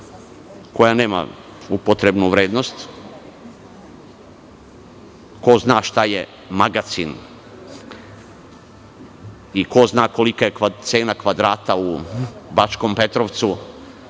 koja nema upotrebnu vrednost… Ko zna šta je magacin i ko zna kolika je cena kvadrata u Bačkom Petrovcu,